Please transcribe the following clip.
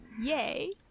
yay